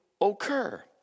occur